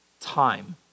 time